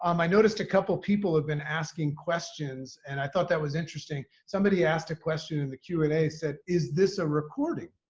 um i noticed a couple of people have been asking questions and i thought that was interesting. somebody asked a question in the q and a, said, is this a recording?